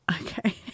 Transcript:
okay